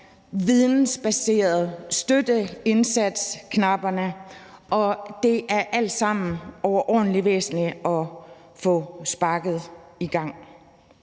vidensbaseret støtteindsats-knapperne, og det er alt sammen overordentlig væsentligt at få sparket i gang.